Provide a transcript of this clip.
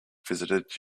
visited